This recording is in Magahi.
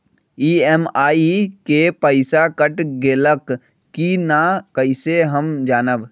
ई.एम.आई के पईसा कट गेलक कि ना कइसे हम जानब?